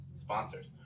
sponsors